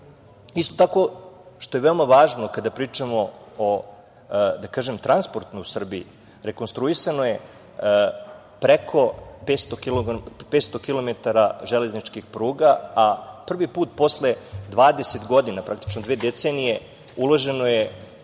tako, što je veoma važno kada pričamo o transportu u Srbiji, rekonstruisano je preko 500 kilometara železničkih pruga, a prvi put posle 20 godina, praktično dve decenije, uloženo je